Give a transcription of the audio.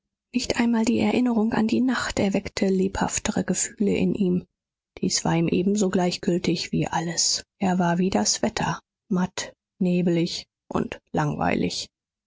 nicht einmal die erinnerung an die nacht erweckte lebhaftere gefühle in ihm dies war ihm ebenso gleichgültig wie alles er war wie das wetter matt neblig und langweilig